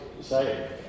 say